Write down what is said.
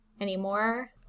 anymore